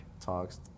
talks